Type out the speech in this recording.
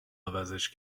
عوضش